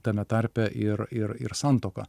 tame tarpe ir ir ir santuoka